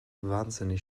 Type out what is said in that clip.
wahnsinnig